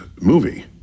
movie